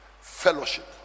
Fellowship